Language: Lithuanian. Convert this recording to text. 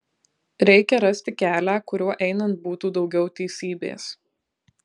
reikia rasti kelią kuriuo einant būtų daugiau teisybės